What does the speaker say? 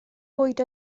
bwyd